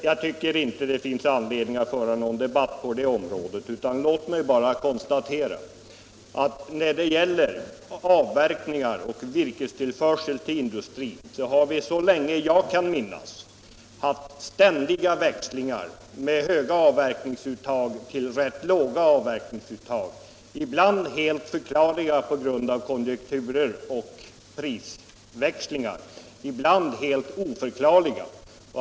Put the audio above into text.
Jag tycker emellertid inte att det finns anledning att föra en debatt på det området, utan låt mig bara konstatera att när det gäller avverkning och virkestillförsel till industrin har vi så länge jag kan minnas haft ständiga växlingar mellan höga avverkningsuttag och rätt låga avverkningsuttag — ibland helt förklarliga på grund av konjunkturer och pris växlingar, ibland helt oförklarliga.